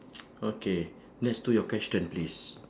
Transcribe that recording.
okay let's do your question please